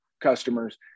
customers